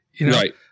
Right